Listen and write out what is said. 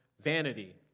vanity